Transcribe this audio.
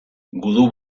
gudu